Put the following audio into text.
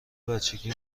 بچگی